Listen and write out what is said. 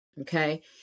okay